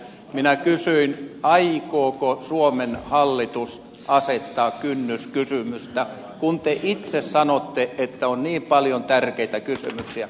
minä kysyin aikooko suomen hallitus asettaa kynnyskysymystä kun te itse sanotte että on niin paljon tärkeitä kysymyksiä